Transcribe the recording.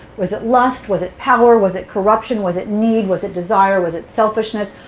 was it lust? was it power? was it corruption? was it need? was it desire? was it selfishness?